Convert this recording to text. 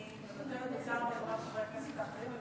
אני לא רוצה להטריח את חברי הכנסת האחרים.